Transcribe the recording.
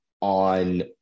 on